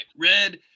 Red